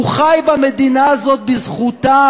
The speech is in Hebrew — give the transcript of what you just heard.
הוא חי במדינה הזאת בזכותם.